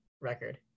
record